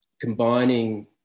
combining